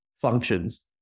functions